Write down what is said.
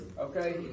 Okay